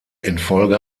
infolge